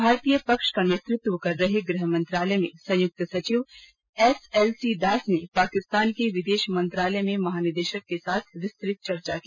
भारतीय पक्ष का नेतृत्व कर रहे गृहमंत्रालय में संयुक्त सचिव एस सी एल दास ने पाकिस्तान के विदेश मंत्रालय में महानिदेशक के साथ विस्तृत चर्चा की